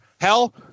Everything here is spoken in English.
Hell